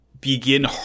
begin